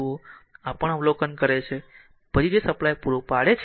તેથી આ પણ અવલોકન કરે છે પછી જે સપ્લાય પૂરો પાડે છે